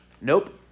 Nope